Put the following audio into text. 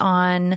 on